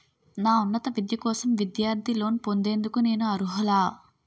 నా ఉన్నత విద్య కోసం విద్యార్థి లోన్ పొందేందుకు నేను అర్హులా?